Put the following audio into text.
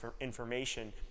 information